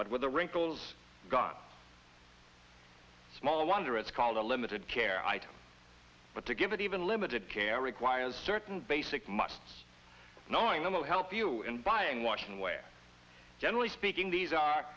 but with the wrinkles gone small wonder it's called a limited care item but to give it even limited care requires certain basic musts knowing that will help you in buying washing where generally speaking these are